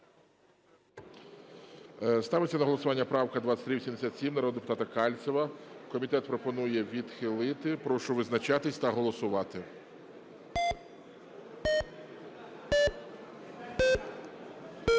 Ставиться на голосування правка 2387 народного депутата Кальцева. Комітет пропонує відхилити. Прошу визначатись та голосувати. 11:32:26